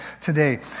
today